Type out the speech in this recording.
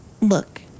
look